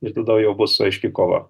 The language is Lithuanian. ir tada jau bus aiški kova